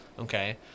Okay